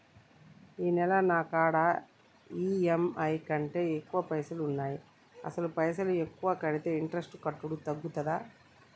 ఈ నెల నా కాడా ఈ.ఎమ్.ఐ కంటే ఎక్కువ పైసల్ ఉన్నాయి అసలు పైసల్ ఎక్కువ కడితే ఇంట్రెస్ట్ కట్టుడు తగ్గుతదా?